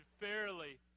fairly